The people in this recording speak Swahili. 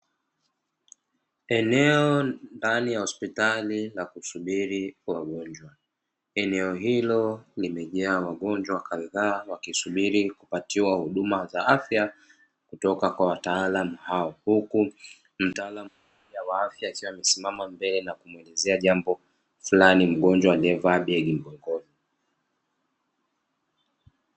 Eneo ndani ya hospitali la kusubiri wagonjwa. Eneo hilo limejaa wagojwa kadhaa wakisubiri kupatiwa huduma za afya kutoka kwa wataalamu hao, huku mtaalam mmoja wa afya akiwa amesimama mbele na kumwelezea jambo fulani mgonjwa aliyevaa begi mgongoni.